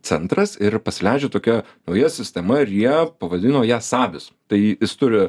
centras ir pasileidžiu tokia nauja sistema ir jie pavadino ja sabis tai jis turi